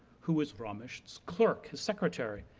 who was ramisht's clerk, his secretary,